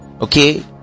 okay